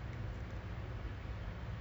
at the moment I'm